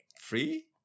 Free